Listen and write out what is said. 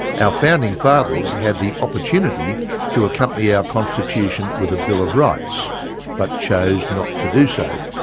our founding fathers had the opportunity to accompany our constitution with a bill of rights but chose not to do so.